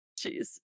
Jeez